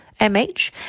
MH